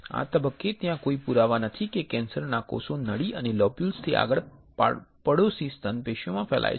આ તબક્કે ત્યાં કોઈ પુરાવા નથી કે કેન્સરના કોષો નળી અથવા લોબ્યુલથી આગળના પડોશી સ્તન પેશીઓમાં ફેલાય છે